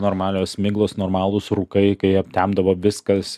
normalios miglos normalūs rūkai kai aptemdavo viskas